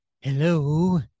Hello